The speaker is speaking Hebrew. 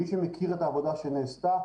מי שמכיר את העבודה שנעשתה,